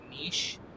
niche